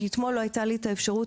כי אתמול לא הייתה לי האפשרות,